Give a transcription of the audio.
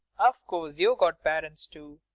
of course you've got parents, too,